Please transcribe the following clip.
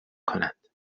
کنند